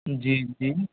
जी जी